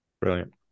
Brilliant